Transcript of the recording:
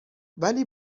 ولی